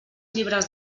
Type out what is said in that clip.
llibres